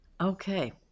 Okay